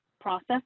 process